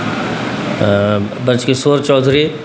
Brajkishore Chaudhary